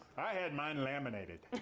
i had mine laminated.